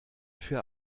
für